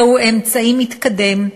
זהו אמצעי מתקדם,